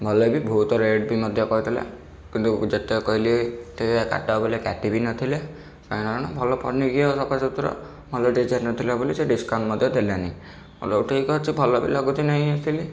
ଭଲ ବି ବହୁତ ରେଟ୍ ବି ମଧ୍ୟ କହୁଥିଲା କିନ୍ତୁ ଯେତେ କହିଲି ଟିକିଏ କାଟ ବୋଲି କାଟି ବି ନଥିଲେ କାରଣ ଭଲ ପନିକି ଆଉ ସଫାସୁତୁରା ଭଲ ଡ଼ିଜାଇନର ଥିଲା ବୋଲି ସେ ଡ଼ିସକାଉଣ୍ଟ ମଧ୍ୟ ଦେଲାନି କହିଲି ହଉ ଠିକ ଅଛି ଭଲ ବି ଲାଗୁଛି ନେଇ ଆସିଲି